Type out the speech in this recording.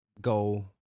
go